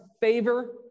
favor